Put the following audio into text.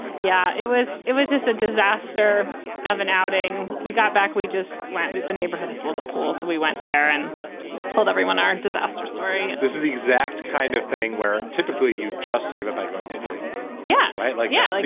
yeah, it was it was just a disaster of an outing. we got back, we just went with the neighborhood, has a little pool. so we went there and told everyone our disaster story this is the exact kind of thing where typically you just save it by going to dairy queen yeah. right. like yeah like